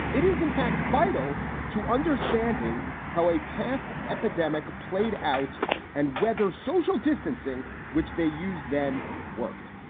it is in fact vital to understanding how a past epidemic played out and whether social distancing which they use then worked.